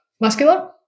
Muscular